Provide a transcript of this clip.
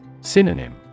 Synonym